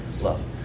love